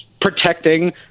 protecting